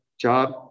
job